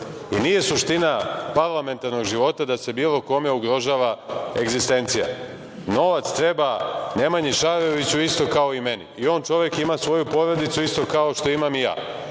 i nije suština parlamentarnog života da se bilo kome ugrožava egzistencija. Novac treba Nemanji Šaroviću isto kao i meni, i on čovek ima svoju porodicu isto kao što imam i ja,